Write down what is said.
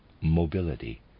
mobility